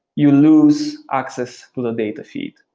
you lose access to the data feed.